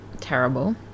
terrible